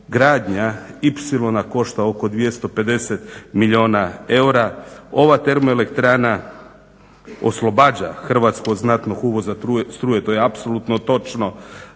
gradnja ipsilona košta oko 250 milijuna eura. Ova termoelektrana oslobađa Hrvatsku od znatnog uvoza struje, to je apsolutno točno,